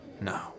No